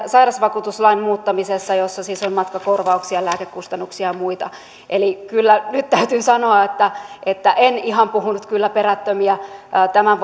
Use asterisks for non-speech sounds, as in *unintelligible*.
sairausvakuutuslain muuttamisessa jossa siis on matkakorvauksia lääkekustannuksia ja muita eli kyllä nyt täytyy sanoa että että en ihan puhunut kyllä perättömiä tämän *unintelligible*